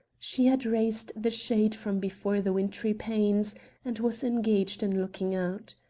she had raised the shade from before the wintry panes and was engaged in looking out.